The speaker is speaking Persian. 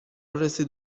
رسید